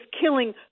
killing